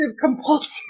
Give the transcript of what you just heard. compulsive